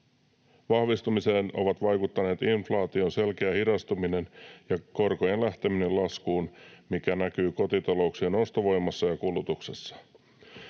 vahvistumiseen ovat vaikuttaneet inflaation selkeä hidastuminen ja korkojen lähteminen laskuun, mikä näkyy kotitalouksien ostovoimassa ja kulutuksessa.